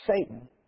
Satan